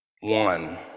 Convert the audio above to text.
One